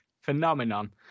Phenomenon